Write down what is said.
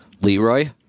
Leroy